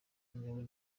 ingabo